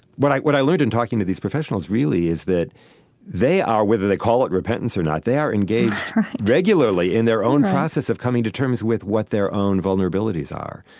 what i what i learned in talking to these professionals, really, is that they are whether they call it repentance or not, they are engaged regularly in their own process, right, of coming to terms with what their own vulnerabilities are.